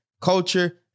culture